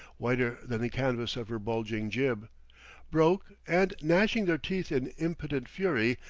whiter than the canvas of her bulging jib broke and, gnashing their teeth in impotent fury,